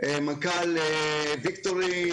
מנכ"ל ויקטורי.